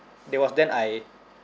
it was then I